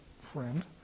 friend